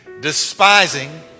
Despising